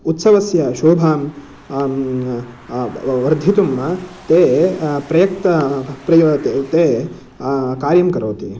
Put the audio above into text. उत्सवस्य शोभां व वर्धितुं ते प्रयत ते प्र ते कार्यं करोति